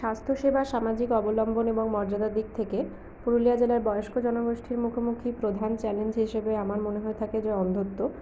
স্বাস্থ্যসেবা সামাজিক অবলম্বন এবং মর্যাদার দিক থেকে পুরুলিয়া জেলার বয়স্ক জনগোষ্ঠীর মুখোমুখি প্রধান চ্যালেঞ্জ হিসেবে আমার মনে হয়ে থাকে যে অন্ধত্ব